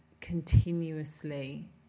continuously